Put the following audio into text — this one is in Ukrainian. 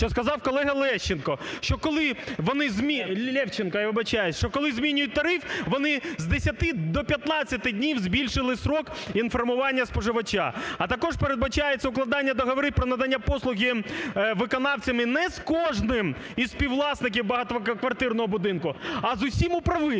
я вибачаюсь, що коли змінюють тариф, вони з 10 до 15 днів збільшили строк інформування споживача. А також передбачається укладання договору про надання послуг виконавцями не з кожним із співвласників багатоквартирного будинку, а з усім управителем.